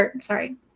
Sorry